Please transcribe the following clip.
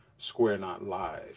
squarenotlive